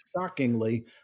shockingly